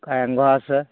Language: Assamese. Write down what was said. কাৰেংঘৰ আছে